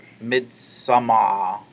Midsummer